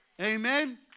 Amen